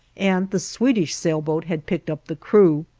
and the swedish sailboat had picked up the crew.